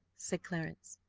said clarence.